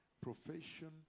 profession